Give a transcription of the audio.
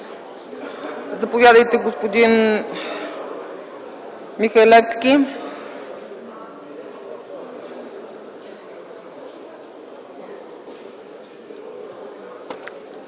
Заповядайте, господин Михалевски.